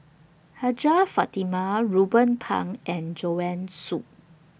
Hajjah Fatimah Ruben Pang and Joanne Soo